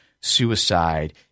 suicide